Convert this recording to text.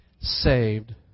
saved